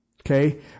Okay